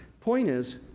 point is,